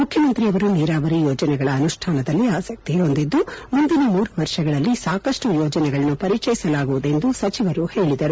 ಮುಖ್ಯಮಂತ್ರಿಯವರು ನೀರಾವರಿ ಯೋಜನೆಗಳ ಅನುಷ್ಠಾನದಲ್ಲಿ ಆಸಕ್ತಿ ಹೊಂದಿದ್ದು ಮುಂದಿನ ಮೂರು ವರ್ಷಗಳಲ್ಲಿ ಸಾಕಷ್ಟು ಯೋಜನೆಗಳನ್ನು ಪರಿಚಯಿಸಲಾಗುವುದು ಎಂದು ಸಚಿವರು ಹೇಳಿದರು